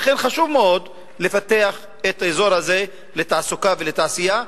ולכן חשוב מאוד לפתח את האזור הזה לתעסוקה ולתעשייה.